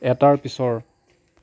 এটাৰ পিছৰ